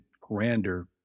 grander